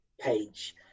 page